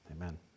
Amen